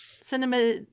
cinema